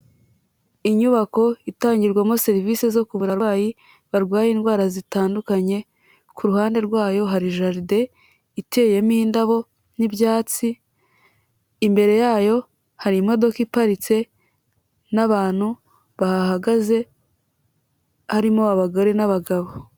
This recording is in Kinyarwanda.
Inyubako itangirwamo serivisi zo ku buvura abarwayi barwaye indwara zitandukanye, ku ruhande rwayo hari jaride iteyemo indabo n'ibyatsi, imbere yayo hari imodoka iparitse n'abantu bahagaze harimo abagore n'abagabo.